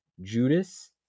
Judas